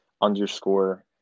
underscore